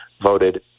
voted